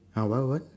ah what what